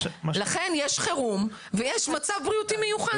לכן יש חירום ויש מצב בריאותי מיוחד.